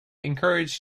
encouraged